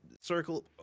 Circle